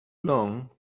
long